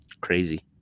Crazy